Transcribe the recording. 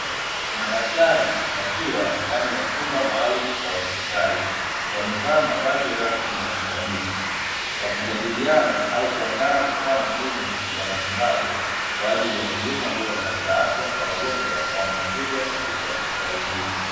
Madaktari wakiwa ndani ya chumba maalumu cha hospitali, wamevaa mavazi rasmi ya kitabibu, wakijadiliana au kuandaa vifaa muhimu vya matibabu kwa ajili ya huduma bora za afya kwa wagonjwa wanaokuja katika hospitali hiyo.